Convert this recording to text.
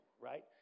right